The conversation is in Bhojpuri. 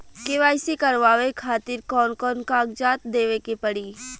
के.वाइ.सी करवावे खातिर कौन कौन कागजात देवे के पड़ी?